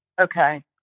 Okay